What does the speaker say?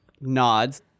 nods